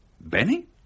Benny